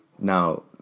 Now